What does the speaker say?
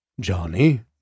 Johnny